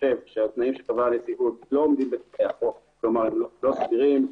שחושב שהתנאים שקבעה הנציגות לא עומדים בתנאי החוק הם לא סבירים,